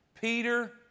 Peter